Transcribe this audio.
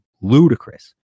ludicrous